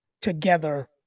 together